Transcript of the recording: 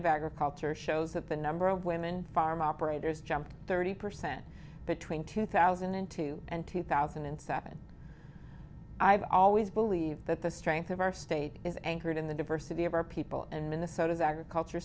of agriculture shows that the number of women farm operators jumped thirty percent between two thousand and two and two thousand and seven i've always believed that the strength of our state is anchored in the diversity of our people and minnesota's agriculture